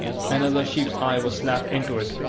another sheep's eye was slapped into it.